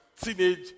teenage